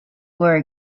were